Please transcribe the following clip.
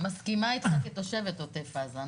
מסכימה איתך כתושבת עוטף עזה.